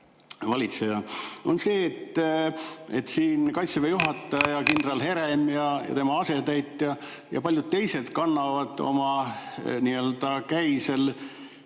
valitseja, on see, et Kaitseväe juhataja kindral Herem ja tema asetäitja ja paljud teised kannavad oma käisel